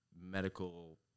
medical